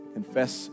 confess